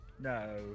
No